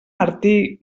martí